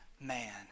man